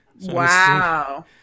wow